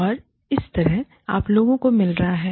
और यह इस तरह आप लोगों को मिल रहा हैं